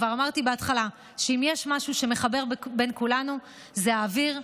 כבר אמרתי בהתחלה שאם יש משהו שמחבר בין כולנו זה האוויר,